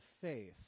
faith